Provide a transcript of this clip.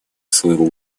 своего